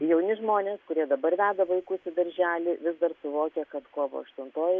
jauni žmonės kurie dabar veda vaikus į darželį vis dar suvokia kad kovo aštuntoji